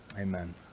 amen